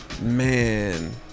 Man